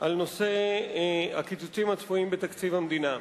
על נושא הקיצוצים הצפויים בתקציב המדינה: